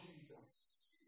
Jesus